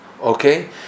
okay